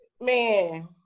man